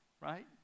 right